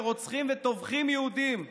שרוצחים וטובחים יהודים,